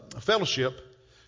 fellowship